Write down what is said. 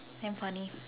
damn funny